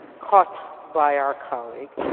caught by our colleague.